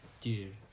Dude